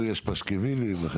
יש פסקווילים.